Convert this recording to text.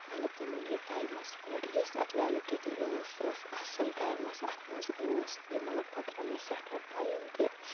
مَطلَب تٔمۍ اوٚن یہِ ٹایمَس پیٹھ یۄس اتھ ویلِڈِٹی ٲس سۄ ٲس اصل ٹایمَس اتھ مَنٛز اوس سہِ مَطلَب تَتھ درٛاو مےٚ سیٚٹھاہ ٹایم تہِ